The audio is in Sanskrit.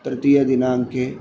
तृतीयदिनाङ्के